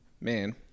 man